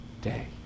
day